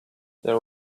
there